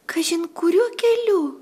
kažin kuriuo keliu